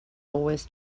always